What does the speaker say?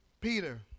Peter